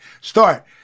start